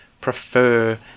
prefer